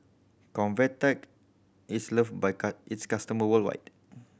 Convatec is loved by its customer worldwide